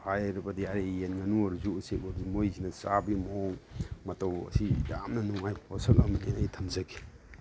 ꯍꯥꯏꯔꯕꯗꯤ ꯑꯩ ꯌꯦꯟ ꯉꯥꯅꯨ ꯑꯣꯏꯔꯁꯨ ꯎꯆꯦꯛ ꯑꯣꯏꯔꯁꯨ ꯃꯣꯏꯁꯤꯅ ꯆꯥꯕꯒꯤ ꯃꯑꯣꯡ ꯃꯇꯧ ꯑꯁꯤ ꯌꯥꯝꯅ ꯅꯨꯡꯉꯥꯏꯕ ꯄꯣꯠꯁꯛ ꯑꯃꯅꯤꯅ ꯑꯩ ꯊꯝꯖꯒꯦ